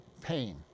pain